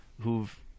who've